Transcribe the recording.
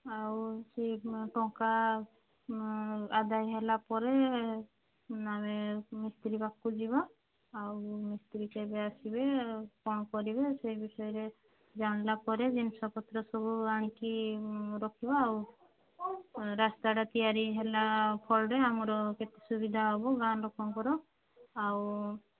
ଆଉ ସେ ଟଙ୍କା ଆଦାୟ ହେଲା ପରେ ମାନେ ମିସ୍ତ୍ରୀ ପାଖକୁ ଯିବା ଆଉ ମିସ୍ତ୍ରୀ କେବେ ଆସିବେ ଆଉ କ'ଣ କରିବେ ସେ ବିଷୟରେ ଜାଣିଲା ପରେ ଜିନିଷ ପତ୍ର ସବୁ ଆଣିକି ରଖିବା ଆଉ ରାସ୍ତାଟା ତିଆରି ହେଲା ଫଳରେ ଆମର କେତେ ସୁବିଧା ହେବ ଗାଁ ଲୋକଙ୍କର ଆଉ